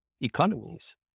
economies